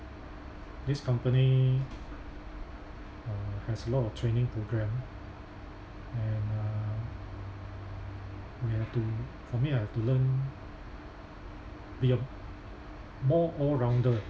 this company uh has a lot of training program and uh we have to for me I have to learn be a more all rounder